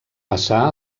passà